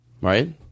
Right